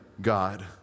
God